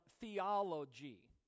theology